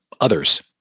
others